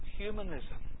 humanism